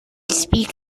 speak